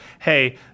hey